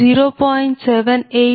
020